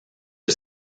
are